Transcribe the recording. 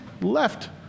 left